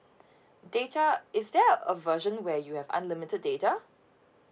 data is there a version where you have unlimited data